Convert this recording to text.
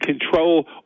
control